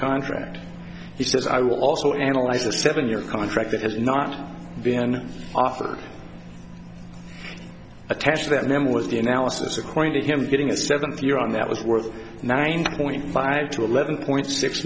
contract he says i will also analyze the seven year contract that has not been offered attach that name with the analysis according to him getting a seventh year on that was worth nine point five to eleven point six